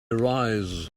arise